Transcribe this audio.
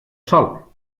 sòl